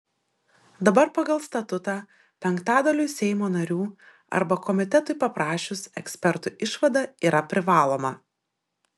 dabar pagal statutą penktadaliui seimo narių arba komitetui paprašius ekspertų išvada yra privaloma